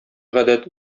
гадәт